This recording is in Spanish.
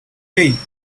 hey